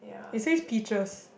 it says pitchers